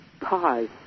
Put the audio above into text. pause